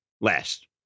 last